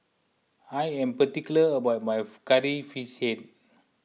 I am particular about my Curry Fish Head